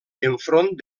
enfront